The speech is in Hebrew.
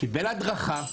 קיבל הדרכה וייעוץ,